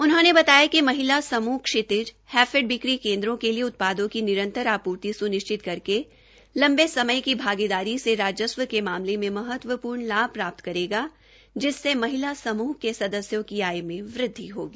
उन्होंने बताया कि महिला समूह क्षीतिज हैफेड बिक्री केन्द्र के लिए उत्पादों की निरंतर आपूर्ति सुनिश्चित करके लंबे समय की भागीदारी से राजस्व के मामले मे महत्वपूर्ण लाभ प्राप्त करेगा जिससे महिला समूह के सदस्यों की आय में वृद्धि होगी